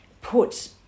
put